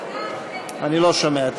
אני לא שומע.